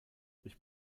ich